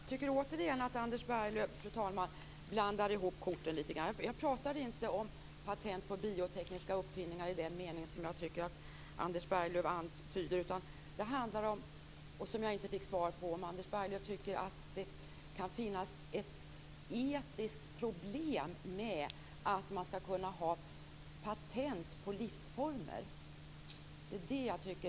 Fru talman! Jag tycker återigen att Anders Berglöv blandar ihop korten. Jag pratar inte om patent på biotekniska uppfinningar i den meningen jag tycker att Anders Berglöv antyder. Jag fick inte svar på om Anders Berglöv tycker att det kan finnas ett etiskt problem med att ha patent på livsformer.